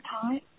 time